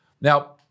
Now